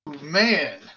man